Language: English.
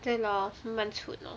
对 lor 慢慢存 lor